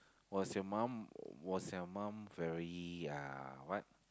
was your mum was your mum very uh what